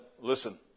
listen